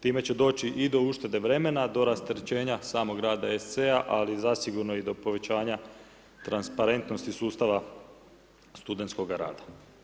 Time će doći i do uštede vremena, do rasterećenja samog rada SC-a ali i zasigurno do povećanja transparentnosti sustava studentskoga rada.